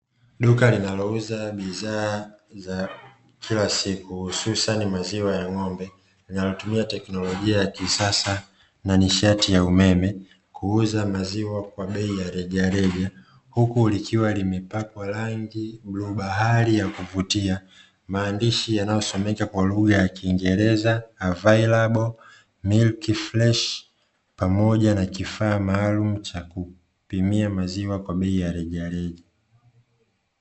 Duka linalouza bidhaa za kila siku hususani maziwa ya ng'ombe linalotumia teknolojia ya kisasa na nishati ya umeme kuuza maziwa kwa bei ya rejareja, huku likiwa limepakwa rangi bluu bahari ya kuvutia, maandishi yanayosomeka kwa lugha ya kiingereza "available milk flesh", pamoja na kifaa maalumu cha kupimia maziwa kwa bei ya rejareja.